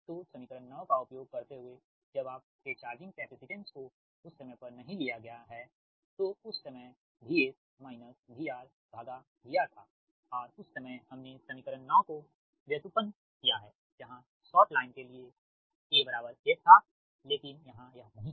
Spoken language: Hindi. तो समीकरण 9 का उपयोग करते हुएजब आपके चार्जिंग कैपेसिटेंस को उस समय पर नही लिया गया है तो उस समय VS VRVR था और उस समय हमने समीकरण 9 को व्युत्पन्न किया है जहां शॉर्ट लाइन के कारण A 1 था लेकिन यहां यह नहीं है